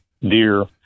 deer